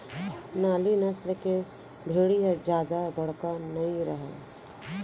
नाली नसल के भेड़ी ह जादा बड़का नइ रहय